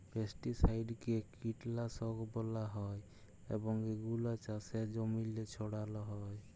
পেস্টিসাইডকে কীটলাসক ব্যলা হ্যয় এবং এগুলা চাষের জমিল্লে ছড়াল হ্যয়